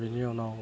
बेनि उनाव